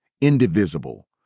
indivisible